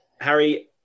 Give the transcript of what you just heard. Harry